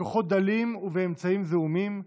בכוחות דלים ובאמצעים זעומים,